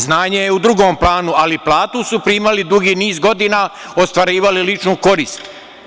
Znanje je u drugom planu, ali platu su primali dugi niz godina, ostvarivali ličnu korist.